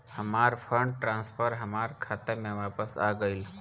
हमार fund transfer हमार खाता में वापस आ गइल